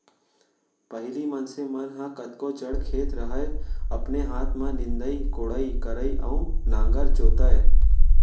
पहिली मनसे मन ह कतको जड़ खेत रहय अपने हाथ में निंदई कोड़ई करय अउ नांगर जोतय